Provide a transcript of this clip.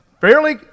fairly